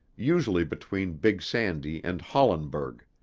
usually between big sandy and hollenburg.